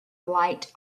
light